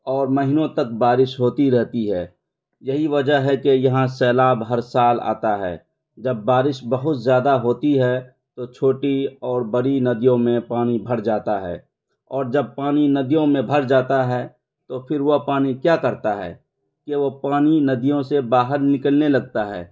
اور مہینوں تک بارش ہوتی رہتی ہے یہی وجہ ہے کہ یہاں سیلاب ہر سال آتا ہے جب بارش بہت زیادہ ہوتی ہے تو چھوٹی اور بڑی ندیوں میں پانی بھر جاتا ہے اور جب پانی ندیوں میں بھر جاتا ہے تو پھر وہ پانی کیا کرتا ہے کہ وہ پانی ندیوں سے باہر نکلنے لگتا ہے